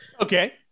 Okay